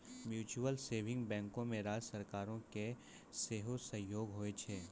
mutual saving बैंको मे राज्य सरकारो के सेहो सहयोग होय छै